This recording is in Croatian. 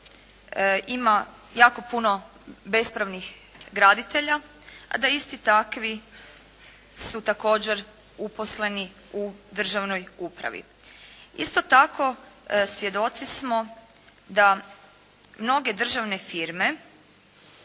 ima jako puno bespravnih graditelja, a da isti takvi su također uposleni u državnoj upravi. Isto tako, svjedoci smo da mnoge državne firme